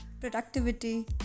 productivity